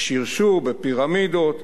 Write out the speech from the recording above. בשרשור, בפירמידות,